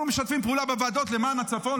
אנחנו משתפים פעולה בוועדות למען הצפון.